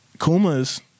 Kuma's